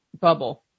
bubble